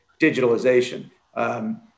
digitalization